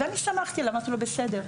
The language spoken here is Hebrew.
ואני סמכתי, אמרתי לו, בסדר.